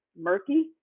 murky